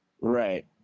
right